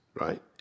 Right